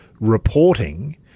Reporting